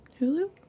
Hulu